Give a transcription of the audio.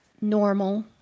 normal